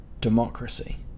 democracy